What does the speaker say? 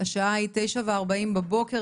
השעה היא 9:40 בבוקר,